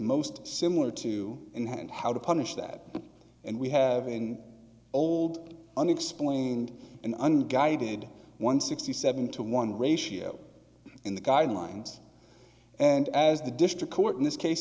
most similar to and how to punish that and we have an old unexplained an unguided one sixty seven to one ratio in the guidelines and as the district court in this case